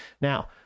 Now